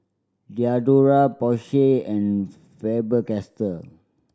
Diadora Porsche and Faber Castell